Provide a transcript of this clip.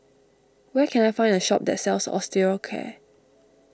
where can I find a shop that sells Osteocare